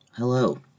Hello